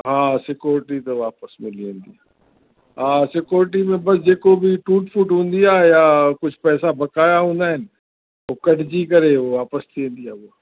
हा सिक्योरिटी त वापसि मिली वेंदी हा सिक्योरिटी में बसि जेको बि टूट फ़ूट हूंदी आहे या कुझु पैसा बकाया हूंदा आहिनि उहे कटजी करे उहे वापदि थी वेंदी आहे उहा